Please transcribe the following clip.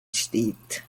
steht